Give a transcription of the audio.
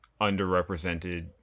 underrepresented